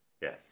Yes